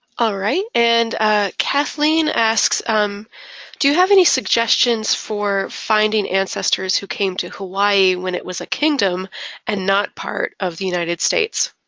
and ah kathleen asks do you have any suggestions for finding ancestors who came to hawaii when it was a kingdom and not part of the united states?